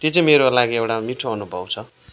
त्यो चाहिँ मेरो लागि एउटा मिठो अनुभव छ